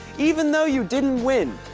even though you didn't win,